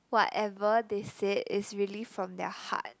whatever they said is really from their heart